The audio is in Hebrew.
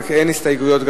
ואין הסתייגויות.